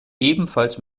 ebenfalls